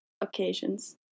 occasions